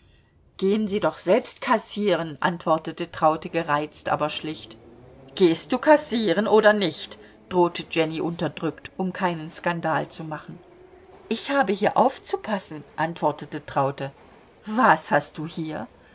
gehen sie doch selbst kassieren antwortete traute gereizt aber schlicht gehst du kassieren oder nicht drohte jenny unterdrückt um keinen skandal zu machen ich habe hier aufzupassen antwortete traute was hast du hier